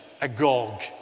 agog